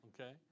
Okay